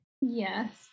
Yes